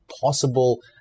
possible